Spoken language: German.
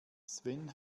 sven